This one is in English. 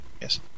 Yes